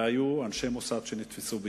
והיו אנשי מוסד שנתפסו בירדן.